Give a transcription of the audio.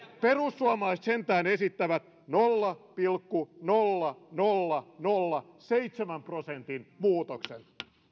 perussuomalaiset sentään esittävät nolla pilkku nolla nolla nolla seitsemän prosentin muutoksen